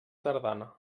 tardana